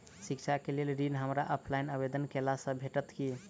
शिक्षा केँ लेल ऋण, हमरा ऑफलाइन आवेदन कैला सँ भेटतय की?